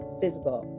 physical